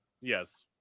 yes